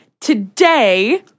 today